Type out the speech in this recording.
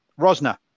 Rosner